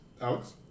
Alex